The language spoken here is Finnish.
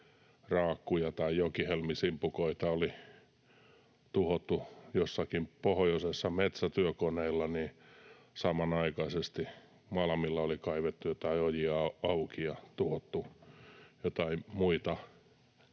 raakkuja tai jokihelmisimpukoita on tuhottu jossakin pohjoisessa metsätyökoneilla, Malmilla on kaivettu joitain ojia auki ja tuhottu joitain muita,